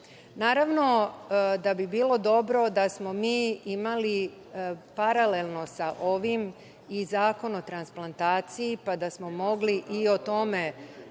bilo bi dobro da smo mi imali paralelno sa ovim i zakon o transplantaciji, pa da smo mogli i o tome